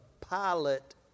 pilot